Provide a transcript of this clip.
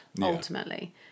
ultimately